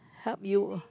help you